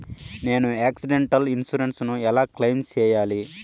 నేను accidental insurance ను ఎలా క్లెయిమ్ సేయాలి?